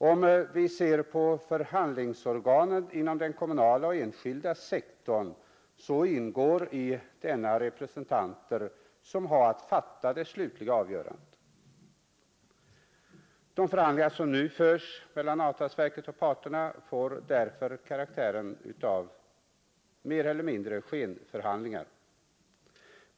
Om vi ser på förhandlingsorganen inom den kommunala och enskilda sektorn, så ingår i denna representanter som har att fatta det slutliga avgörandet.De förhandlingar som enligt nuvarande system förs mellan avtalsverket och parterna får därför mer eller mindre karaktären av ”skenförhandlingar”.